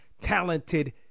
talented